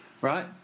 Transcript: right